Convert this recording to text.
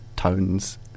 tones